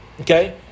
Okay